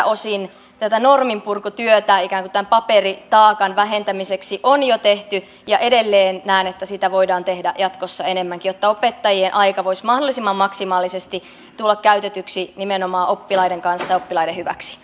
osin tätä norminpurkutyötä ikään kuin tämän paperitaakan vähentämiseksi on jo tehty ja edelleen näen että sitä voidaan tehdä jatkossa enemmänkin jotta opettajien aika voisi mahdollisimman maksimaalisesti tulla käytetyksi nimenomaan oppilaiden kanssa oppilaiden hyväksi